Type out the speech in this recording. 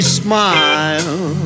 smile